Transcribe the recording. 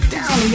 Down